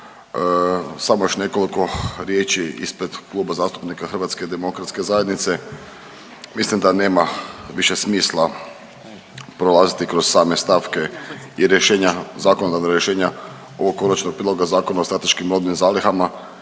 samo još nekoliko riječi ispred Kluba zastupnika HDZ-a. Mislim da nema više smisla prolaziti kroz same stavke i rješenja zakonodavna rješenja ovog Konačnog prijedloga Zakona o strateškim robnim zalihama,